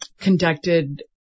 Conducted